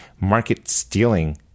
market-stealing